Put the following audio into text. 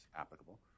applicable